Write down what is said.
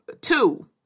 two